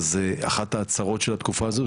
שאחת הצרות של התקופה הזו,